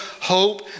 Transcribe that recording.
hope